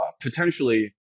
potentially